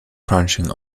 crunching